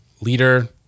leader